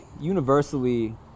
universally